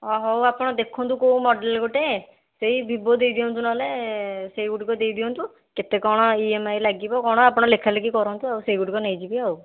ଓ ହଉ ଆପଣ ଦେଖନ୍ତୁ କେଉଁ ମଡ଼େଲ୍ ଗୋଟେ ସେଇ ଭିବୋ ଦେଇଦିଅନ୍ତୁ ନହେଲେ ସେ ଗୋଟିକ ଦେଇଦିଅନ୍ତୁ କେତେ କ'ଣ ଇ ଏମ୍ ଆଇ ଲାଗିବ କ'ଣ ଆପଣ ଲେଖାଲେଖି କରନ୍ତୁ ଆଉ ସେଇ ଗୋଟିକ ନେଇଯିବି ଆଉ